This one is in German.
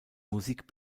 musik